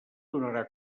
donarà